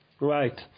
Right